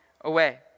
away